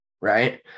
right